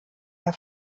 der